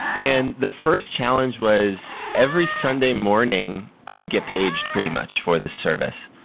and the first challenge was every sunday morning, i would get paged pretty much for this service.